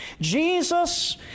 Jesus